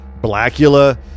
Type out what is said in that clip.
Blackula